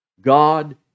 God